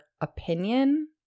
opinion